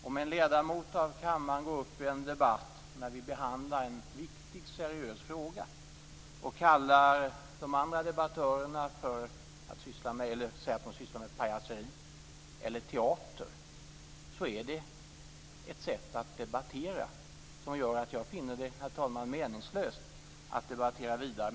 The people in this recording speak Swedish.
Om en ledamot av kammaren går upp i en debatt när vi behandlar en viktig och seriös fråga och säger att de andra debattörerna sysslar med pajaseri eller teater, är det ett sätt att debattera som gör att jag finner det meningslöst att debattera vidare.